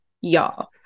y'all